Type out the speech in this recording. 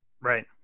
Right